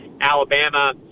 Alabama